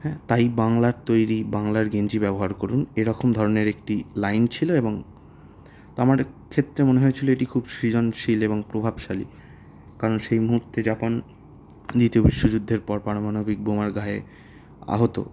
হ্যাঁ তাই বাংলার তৈরি বাংলার গেঞ্জি ব্যবহার করুন এরখম ধরনের একটি লাইন ছিলো এবং তো আমার ক্ষেত্রে মনে হয়েছিলো এটি খুব সৃজনশীল এবং প্রভাবশালী কারণ সেই মুহুর্তে জাপান দ্বিতীয় বিশ্বযুদ্ধের পর পারমাণবিক বোমার ঘায়ে আহত